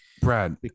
Brad